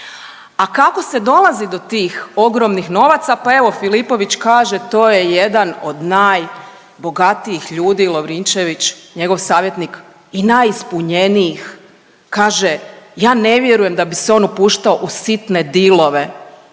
A kako se dolazi do tih ogromnih novaca? Pa evo Filipović kaže to je jedan od najbogatijih ljudi Lovrinčević, njegov savjetnik i najispunjenijih. Kaže ja ne vjerujem da bi se on upuštao u sitne dilove.